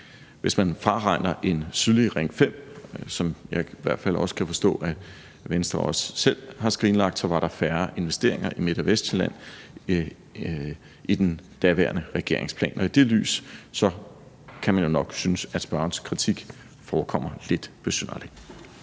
Hvis man fraregner en sydlig Ring 5, som jeg i hvert fald kan forstå at Venstre også selv har skrinlagt, var der færre investeringer i Midt- og Vestsjælland i den daværende regerings plan. I det lys kan man jo nok synes, at spørgerens kritik forekommer lidt besynderlig.